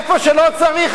איפה שלא צריך,